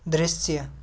दृश्य